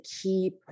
keep